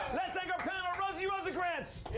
let's thank our panel. rosie rosenkrantz!